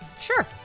Sure